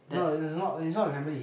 no is not is not with family